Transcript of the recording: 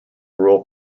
rural